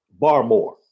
Barmore